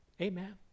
Amen